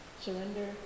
Surrender